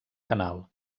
canal